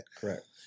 Correct